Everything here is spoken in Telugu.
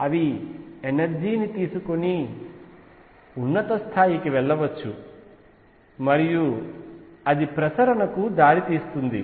అవి ఎనర్జీ ని తీసుకొని ఉన్నత స్థాయికి వెళ్లవచ్చు మరియు అది ప్రసరణకు దారితీస్తుంది